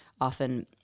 often